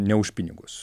ne už pinigus